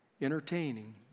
Entertaining